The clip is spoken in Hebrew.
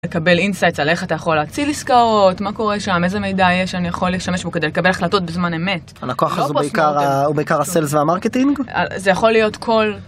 לקבל insights על איך אתה יכול להציל עסקאות, מה קורה שם, איזה מידע יש שאני יכול להשתמש בו כדי לקבל החלטות בזמן אמת. הלקוח הזה הוא בעיקר הסיילס והמרקטינג? זה יכול להיות כל...